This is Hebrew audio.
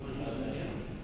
לחקלאות".